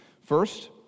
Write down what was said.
First